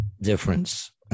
difference